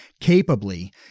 capably